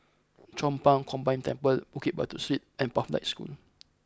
Chong Pang Combined Temple Bukit Batok Street and Pathlight School